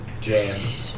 James